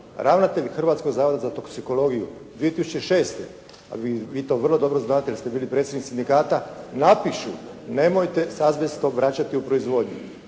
ravnatelj Hrvatskog zavoda za toksikologiju 2006., a vi to vrlo dobro znate jer ste bili predsjednik sindikata napišu nemojte se s azbestom vraćati u proizvodnju.